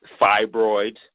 fibroids